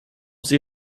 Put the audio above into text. sie